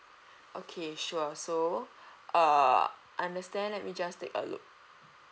okay sure so uh understand let me just take a look